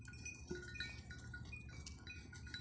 ಉಳಿತಾಯ ಖಾತೆದಾಗಿನ ದುಡ್ಡಿನ ಮ್ಯಾಲೆ ಎಷ್ಟ ಬಡ್ಡಿ ಕೊಡ್ತಿರಿ?